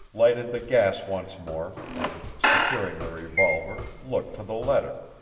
lighted the gas once more, and, securing the revolver, looked to the letter.